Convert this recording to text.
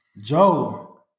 Joe